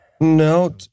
No